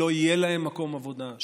שלא יהיה להם מקום עבודה,